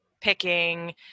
picking